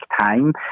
time